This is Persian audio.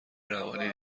روانی